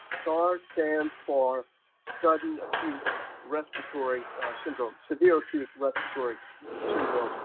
sars stands for sudden acute respiratory syndrome, severe acute respiratory syndrome.